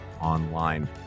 online